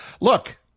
Look